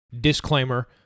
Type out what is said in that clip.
disclaimer